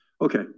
Okay